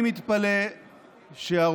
אני מתפלא שהרוב